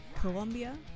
colombia